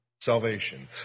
salvation